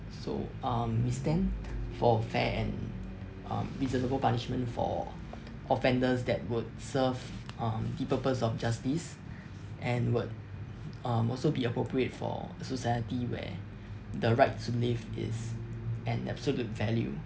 so um it's then for fair and um reasonable punishments for offenders that would serve um the purpose of justice and would um also be appropriate for society where the right to live is an absolute value